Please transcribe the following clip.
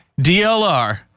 DLR